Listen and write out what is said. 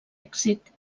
èxit